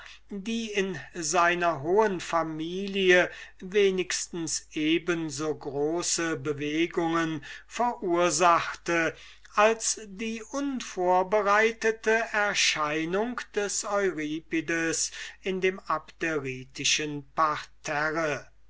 die in seiner hohen familie wenigstens eben so große bewegungen verursachte als die unvorbereitete erscheinung des euripides in dem abderitischen parterre